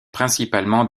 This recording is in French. principalement